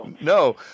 No